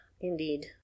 Indeed